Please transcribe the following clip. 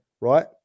Right